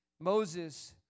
Moses